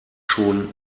schon